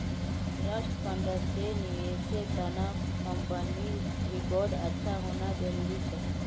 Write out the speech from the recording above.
trust फंड्सेर निवेशेर त न कंपनीर रिकॉर्ड अच्छा होना जरूरी छोक